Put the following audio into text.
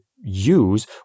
use